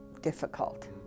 difficult